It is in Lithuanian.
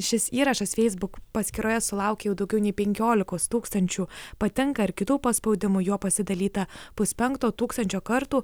šis įrašas feisbuk paskyroje sulaukė jau daugiau nei penkiolikos tūkstančių patinka ir kitų paspaudimų juo pasidalyta puspenkto tūkstančio kartų